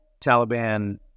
Taliban